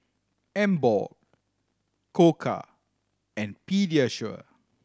Emborg Koka and Pediasure